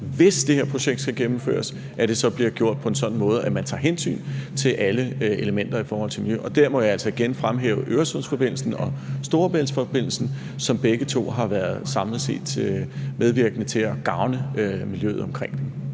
hvis det her projekt skal gennemføres, at det så bliver gjort på en sådan måde, at man tager hensyn til alle elementer i forhold til miljøet, og der må jeg altså igen fremhæve Øresundsforbindelsen og Storebæltsforbindelsen, som begge to samlet set har været medvirkende til at gavne miljøet omkring